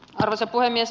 arvoisa puhemies